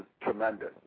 tremendous